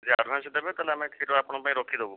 ଯଦି ଆଡ଼ଭାନ୍ସ୍ ଦେବେ ତାହେଲେ ଆମେ କ୍ଷୀର ଆପଣଙ୍କ ପାଇଁ ରଖିଦେବୁ